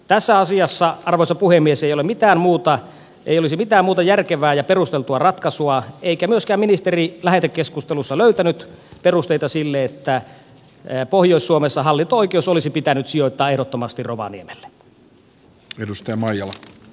tässä asiassa arvoisa puhemies ei olisi mitään muuta järkevää ja perusteltua ratkaisua eikä myöskään ministeri lähetekeskustelussa löytänyt esteitä sille että pohjois suomessa hallinto oikeus olisi pitänyt sijoittaa ehdottomasti rovaniemelle